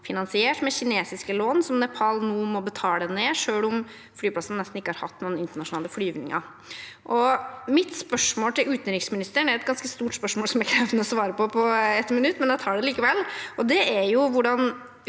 finansiert med kinesiske lån som Nepal nå må betale ned, selv om flyplassen nesten ikke har hatt noen internasjonale flyvninger. Mitt spørsmål til utenriksministeren er et ganske stort spørsmål som er krevende å svare på på ett minutt, men jeg tar det likevel. Hvordan